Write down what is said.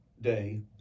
day